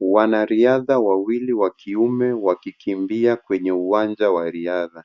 Wanariadha wawili wa kiume wakikimbia kwenye uwanja wa riadha.